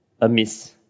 amiss